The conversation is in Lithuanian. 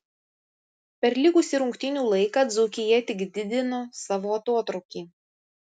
per likusį rungtynių laiką dzūkija tik didino savo atotrūkį